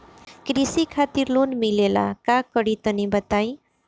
कृषि खातिर लोन मिले ला का करि तनि बताई?